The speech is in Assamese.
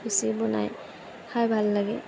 লুচি বনাই খাই ভাল লাগে